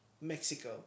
Mexico